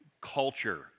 culture